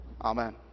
Amen